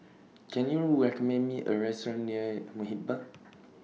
Can YOU recommend Me A Restaurant near Muhibbah